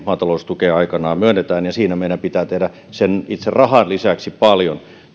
maataloustukea aikanaan myönnetään ja siinä meidän pitää tehdä sen itse rahan lisäksi paljon